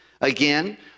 Again